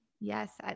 Yes